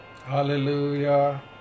Hallelujah